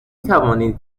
توانید